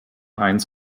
eins